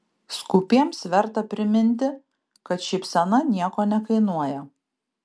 skūpiems verta priminti kad šypsena nieko nekainuoja